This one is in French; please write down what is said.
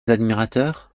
admirateurs